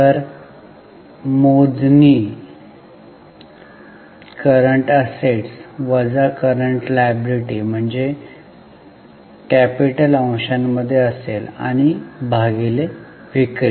तर मोजणी सीए वजा सीएल म्हणजेच कॅपिटल अंशामध्ये असेल आणि भागिले विक्री